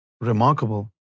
remarkable